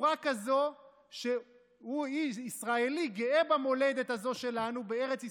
הוא ישראלי, גאה במולדת הזו שלנו, בארץ ישראל,